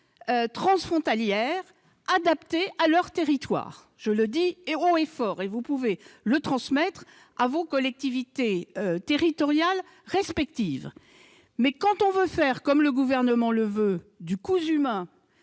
transfrontalière adaptée à leur territoire. Je le dis haut et fort, et vous pouvez le transmettre à vos collectivités territoriales respectives. Mais, quand on veut faire, comme c'est l'objectif du Gouvernement, du « cousu main